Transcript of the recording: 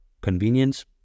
convenience